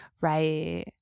Right